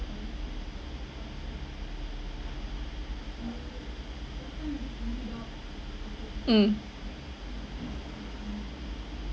mm